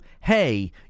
hey